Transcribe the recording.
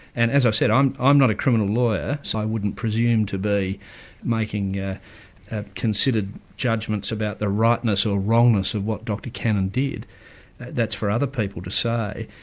and as i said, um i'm not a criminal lawyer, so i wouldn't presume to be making yeah ah considered judgments about the rightness or wrongness of what dr cannon did that's for other people to say.